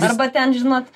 arba ten žinot